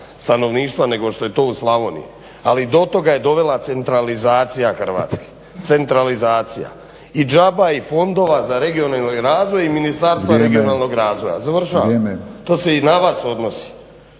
stanovništva nego što je to u Slavoniji. Ali do toga je dovela centralizacija Hrvatske, centralizacija. I džaba i Fondova za regionalni razvoj i Ministarstva regionalnog razvoja. …/Upadica Batinić: